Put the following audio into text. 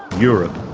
europe,